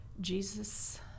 Jesus